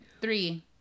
three